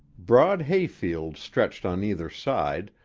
broad hay-fields stretched on either side,